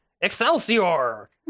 Excelsior